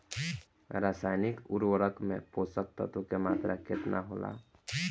रसायनिक उर्वरक मे पोषक तत्व के मात्रा केतना होला?